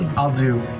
i'll do